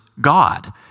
God